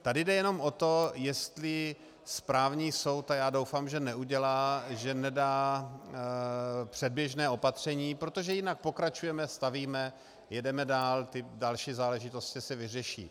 Tady jde jenom o to, jestli správní soud, a já doufám, že neudělá, že nedá předběžné opatření, protože jinak pokračujeme, stavíme, jedeme dál, ty další záležitosti se vyřeší.